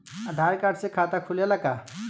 आधार card से खाता खुले ला का?